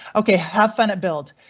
ok have fun at build.